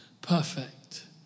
perfect